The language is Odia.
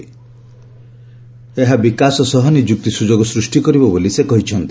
ଏହା ବିକାଶ ସହ ନିଯୁକ୍ତି ସୁଯୋଗ ସୃଷ୍ଟି କରିବ ବୋଲି ସେ କହିଛନ୍ତି